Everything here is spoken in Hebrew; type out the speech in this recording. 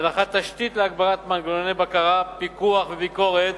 הנחת תשתית להגברת מנגנוני בקרה, פיקוח וביקורת